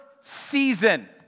season